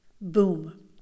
boom